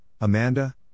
Amanda